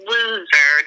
Loser